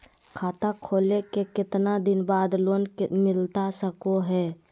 खाता खोले के कितना दिन बाद लोन मिलता सको है?